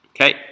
Okay